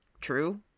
true